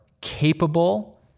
capable